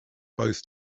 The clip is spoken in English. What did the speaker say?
both